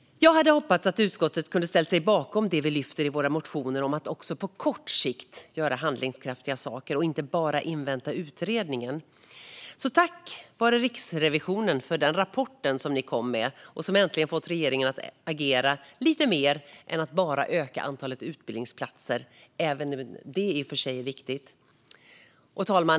Jag hade hoppats att utskottet skulle ställa sig bakom det vi har lyft upp i våra motioner om att göra handlingskraftiga saker också på kort sikt och inte bara invänta utredningen. Så tack till Riksrevisionen för rapporten som ni kom med och som äntligen har fått regeringen att agera lite mer än bara genom att öka antalet utbildningsplatser, även om det är viktigt! Fru talman!